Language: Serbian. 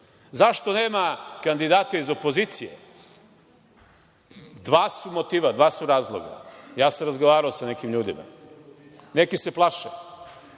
suda.Zašto nema kandidata iz opozicije? Dva su motiva. Dva su razloga. Ja sam razgovarao sa nekim ljudima, neki se plaše